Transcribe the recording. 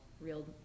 real